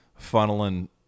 funneling